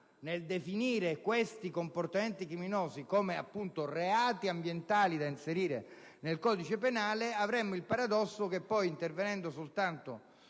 nel definire come comportamenti criminosi i reati ambientali da inserire nel codice penale, avremo il paradosso che poi, intervenendo soltanto